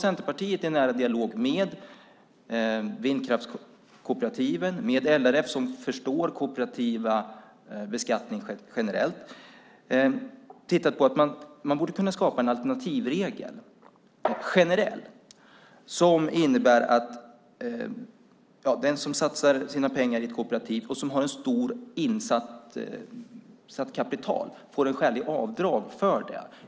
Centerpartiet har, i nära dialog med vindkraftskooperativen och LRF som förstår den kooperativa beskattningen generellt, tittat på om man kan skapa en generell alternativregel som innebär att den som satsar ett stort kapital i ett vindkraftskooperativ får göra ett skäligt avdrag för det.